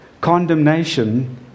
condemnation